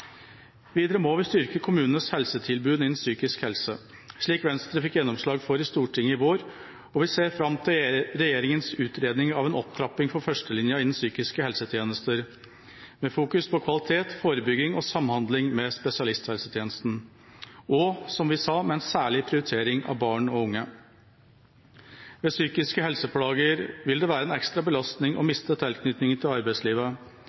Videre må vi styrke kommunenes helsetilbud innen psykisk helse, slik Venstre fikk gjennomslag for i Stortinget i vår, og vi ser fram til regjeringas utredning av en opptrapping for førstelinja innen psykiske helsetjenester, med fokus på kvalitet, forebygging og samhandling med spesialisthelsetjenesten og – som vi sa – med en særlig prioritering av barn og unge. Ved psykiske helseplager vil det være en ekstra belastning å miste tilknytningen til arbeidslivet.